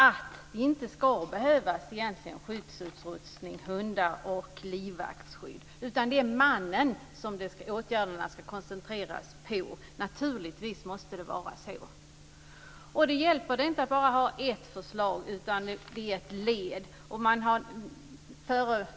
Egentligen ska de inte behöva skyddsutrustning, hundar och livvaktsskydd, utan det är mannen som åtgärderna ska koncentreras på. Naturligtvis måste det vara så. Då hjälper det inte att ha bara ett förslag, utan detta är ett i ett led av förslag.